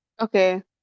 Okay